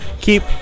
Keep